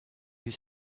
you